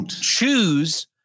choose